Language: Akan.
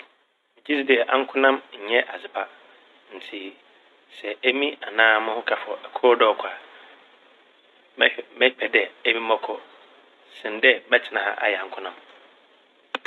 Megye dzi dɛ ankonam nnyɛ adze pa ntsi sɛ emi anaa moho kafo ɛkor wɔ dɛ ɔkɔ a mɛhw - mɛpɛ dɛ emi mɔkɔ sen dɛ mɛtsena ha ayɛ ankonam.